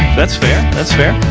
that's fair, that's fair.